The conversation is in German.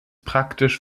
praktisch